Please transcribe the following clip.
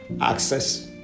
access